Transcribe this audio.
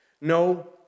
No